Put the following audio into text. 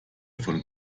von